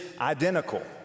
identical